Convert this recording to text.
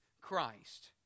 Christ